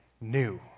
new